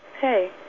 hey